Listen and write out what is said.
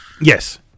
yes